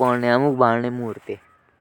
पोडना बदना।